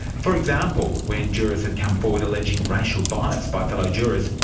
for example, when jurors have come forward alleging racial bias by fellow jurors,